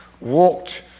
walked